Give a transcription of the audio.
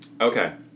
Okay